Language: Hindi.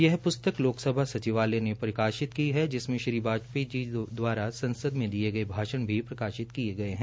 यह पुस्तक लोकसभा सचिवालय ने प्रकाशित की है जिसमे श्री वाजपेयी जी द्वारा संसद मे दिये गये भाषण भी प्रकाशित किये गये है